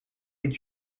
est